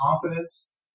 confidence